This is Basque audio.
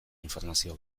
informazio